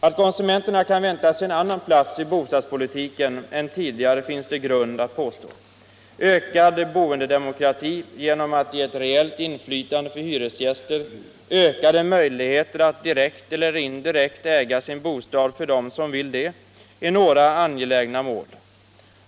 Att konsumenterna kan vända sig till en annan plats i bostadspolitiken än tidigare finns det grund för att påstå. Ökande boendedemokrati genom ett reellt inflytande för hyresgäster, ökade möjligheter att direkt eller indirekt äga sin bostad för dem som vill det är några angelägna mål.